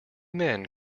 men